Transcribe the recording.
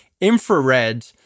infrared